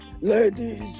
Ladies